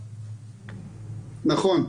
נכון.